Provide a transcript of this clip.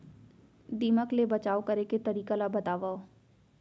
दीमक ले बचाव करे के तरीका ला बतावव?